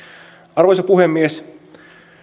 arvoisa puhemies